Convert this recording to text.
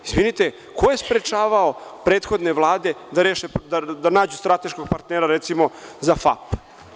Izvinite ko je sprečavao prethodne vlade da nađu strateškog partnera recimo za FAP.